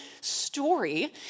story